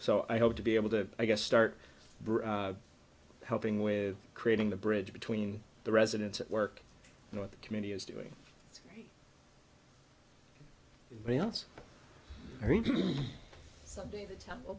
so i hope to be able to i guess start helping with creating the bridge between the residents at work and what the community is doing what else do